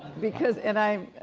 because, and i,